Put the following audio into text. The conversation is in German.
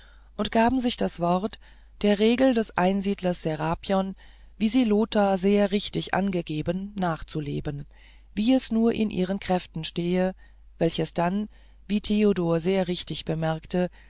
und gaben sich das wort der regel des einsiedlers serapion wie sie lothar sehr richtig angegeben nachzuleben wie es nur in ihren kräften stehe welches dann wie theodor sehr richtig bemerkte